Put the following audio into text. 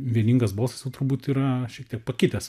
vieningas balsas jau turbūt yra šiek tiek pakitęs